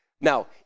Now